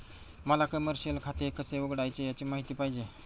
मला कमर्शिअल खाते कसे उघडायचे याची माहिती पाहिजे